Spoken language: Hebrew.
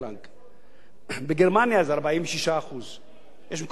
בגרמניה זה 46%. יש מקומות שזה למעלה מ-50%.